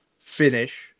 finish